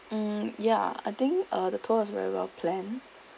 mm ya I think uh the tour was very well planned